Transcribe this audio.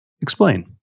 Explain